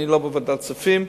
אני לא בוועדת כספים.